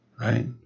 right